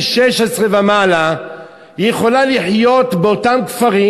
16 ומעלה היא יכולה לחיות באותם כפרים,